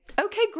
okay